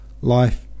Life